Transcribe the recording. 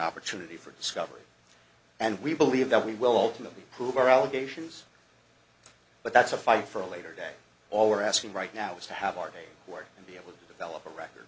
opportunity for discovery and we believe that we will ultimately prove our allegations but that's a fight for a later day all we're asking right now is to have our work and be able to develop a record